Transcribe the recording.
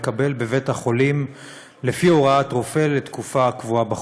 או לקבל בבית-החולים לפי הוראת רופא לתקופה הקבועה בחוק.